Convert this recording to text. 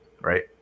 right